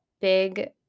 big